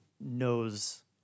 knows